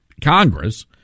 congress